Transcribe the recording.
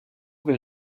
will